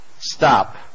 Stop